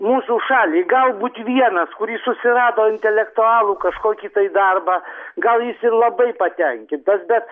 mūsų šalį galbūt vienas kuri susirado intelektualų kažkokį tai darbą gal jis ir labai patenkintas bet